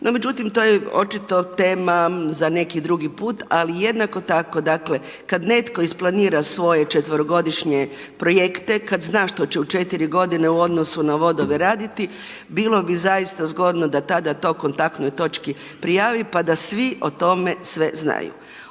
no međutim to je očito tema za neki drugi put. Ali jednako tako dakle kada netko isplanira svoje četverogodišnje projekte, kada zna što će u 4 godine u odnosu na vodove raditi. Bilo bi zaista zgodno da tada to kontaktnoj točki prijavi pa da svi o tome sve znaju.